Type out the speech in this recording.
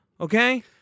okay